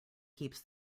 keeps